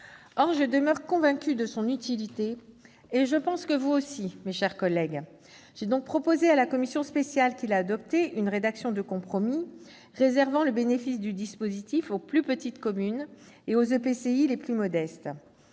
Or je demeure convaincue de son utilité, comme vous, je pense, mes chers collègues. J'ai donc proposé à la commission spéciale, qui l'a adoptée, une rédaction de compromis réservant le bénéfice du dispositif aux plus petites communes et aux EPCI les plus modestes.